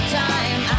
time